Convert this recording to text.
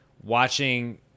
watching